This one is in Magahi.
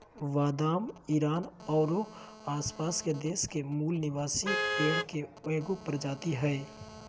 बादाम ईरान औरो आसपास के देश के मूल निवासी पेड़ के एगो प्रजाति हइ